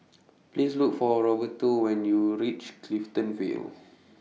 Please Look For Roberto when YOU REACH Clifton Vale